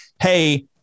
Hey